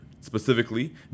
specifically